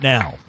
Now